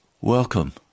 Welcome